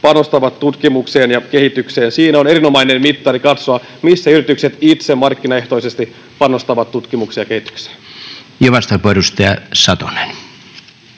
panostavat tutkimukseen ja kehitykseen. Siinä on erinomainen mittari: katsoa, missä yritykset itse markkinaehtoisesti panostavat tutkimukseen ja kehitykseen. Arvoisa puhemies!